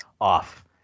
off